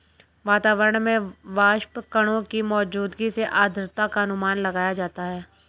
वातावरण में वाष्पकणों की मौजूदगी से आद्रता का अनुमान लगाया जाता है